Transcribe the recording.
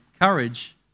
courage